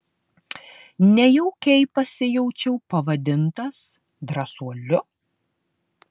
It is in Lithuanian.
nejaukiai pasijaučiau pavadintas drąsuoliu